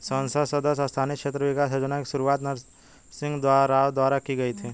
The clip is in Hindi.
संसद सदस्य स्थानीय क्षेत्र विकास योजना की शुरुआत नरसिंह राव द्वारा की गई थी